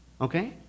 okay